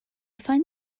find